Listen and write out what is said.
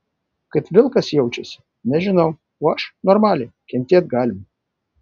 kaip vilkas jaučiasi nežinau o aš normaliai kentėt galima